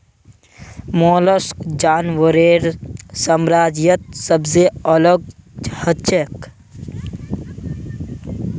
mollusc जानवरेर साम्राज्यत सबसे अलग हछेक